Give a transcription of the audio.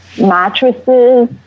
mattresses